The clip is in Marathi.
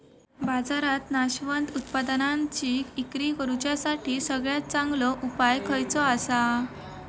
बाजारात नाशवंत उत्पादनांची इक्री करुच्यासाठी सगळ्यात चांगलो उपाय खयचो आसा?